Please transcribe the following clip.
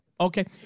Okay